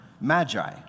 magi